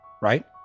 right